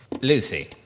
Lucy